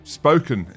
spoken